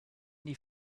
die